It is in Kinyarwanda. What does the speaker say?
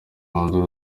umwanzuro